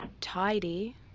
tidy